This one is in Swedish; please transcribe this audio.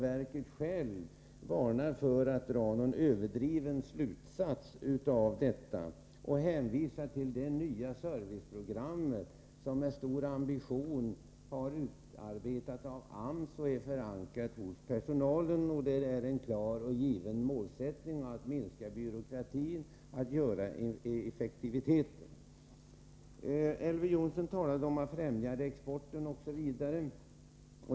Verket självt varnar för att dra överdrivna slutsatser av detta och hänvisar till det nya serviceprogrammet, som med stor ambition har utarbetats av AMS och som är förankrat hos personalen. Programmet har som en klar målsättning att minska byråkratin och att höja effektiviteten. Elver Jonsson talade om att främja exporten osv.